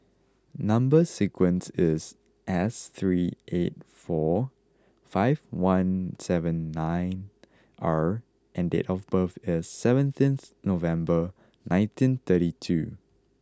number sequence is S three eight four five one seven nine R and date of birth is seventeenth November nineteen thirty two